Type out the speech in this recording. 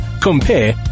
compare